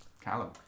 Callum